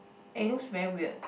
eh looks very weird